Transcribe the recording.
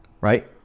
right